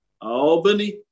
Albany